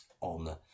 on